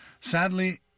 Sadly